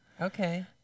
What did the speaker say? Okay